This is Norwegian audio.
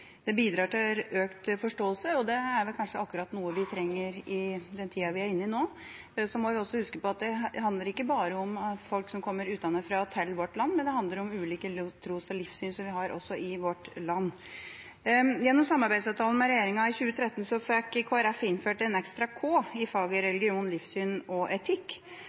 den tida vi er inne i nå. Så må vi også huske på at det handler ikke bare om folk som kommer utenfra og til vårt land, det handler også om ulike tros- og livssyn som vi har i vårt land. Gjennom samarbeidsavtalen med regjeringa i 2013 fikk Kristelig Folkeparti innført en ekstra K i faget religion, livssyn og etikk.